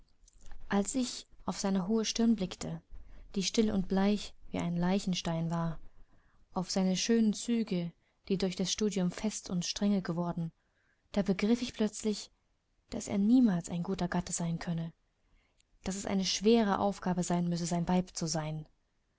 als ich auf seine hohe stirn blickte die still und bleich wie ein leichenstein war auf seine schönen züge die durch das studium fest und strenge geworden da begriff ich plötzlich daß er niemals ein guter gatte sein könne daß es eine schwere aufgabe sein müsse sein weib zu sein